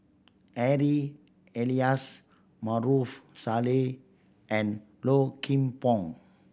Harry Elias Maarof Salleh and Low Kim Pong